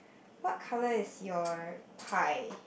what colour is your pie